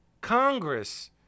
Congress